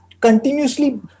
continuously